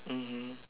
mmhmm